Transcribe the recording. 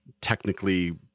technically